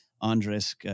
Andres